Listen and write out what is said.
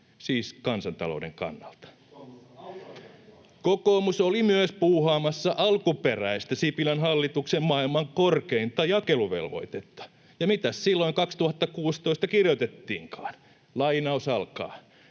on autoilijan puolella!] Kokoomus oli myös puuhaamassa alkuperäistä Sipilän hallituksen maailman korkeinta jakeluvelvoitetta, ja mitä silloin 2016 kirjoitettiinkaan?